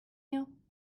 you